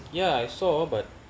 ya I saw but